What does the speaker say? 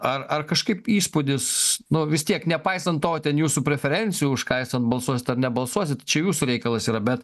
ar ar kažkaip įspūdis nu vis tiek nepaisant to ten jūsų preferencijų už ką jūs ten balsuosit ar nebalsuosit čia jūsų reikalas yra bet